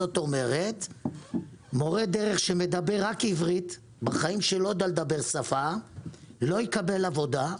זאת אומרת שמורה דרך שמדבר רק עברית לא יקבל עבודה,